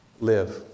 live